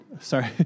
Sorry